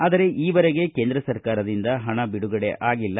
ಆದರೆ ಈವರೆಗೆ ಕೇಂದ್ರ ಸರಕಾರದಿಂದ ಹಣ ಬಿಡುಗಡೆ ಆಗಿಲ